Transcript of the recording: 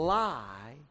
lie